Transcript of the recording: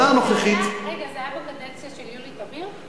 זה היה בקדנציה של יולי תמיר?